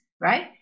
right